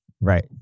Right